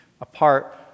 apart